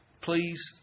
Please